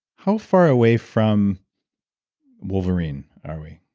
how far away from wolverine are we?